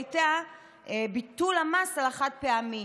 הייתה ביטול המס על החד-פעמי,